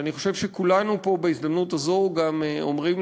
שאני חושב שכולנו פה בהזדמנות הזו גם אומרים